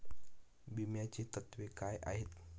विम्याची तत्वे काय आहेत?